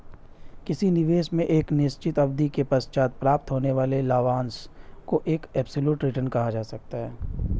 किसी निवेश में एक निश्चित अवधि के पश्चात प्राप्त होने वाले लाभांश को एब्सलूट रिटर्न कहा जा सकता है